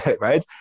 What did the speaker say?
right